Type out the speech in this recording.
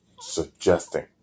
suggesting